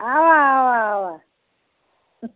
اَوا اَوا اَوا